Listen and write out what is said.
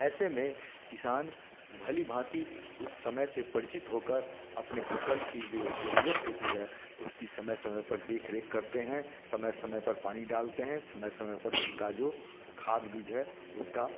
ऐसे में किसान भली भाँति उस समय से परिचित होकर अपने फसल की जो जरूरत होती है उसकी समय समय पर देखरेख करते हैं समय समय पर पानी डालते हैं समय समय पर उनका जो खाद बीज है उसका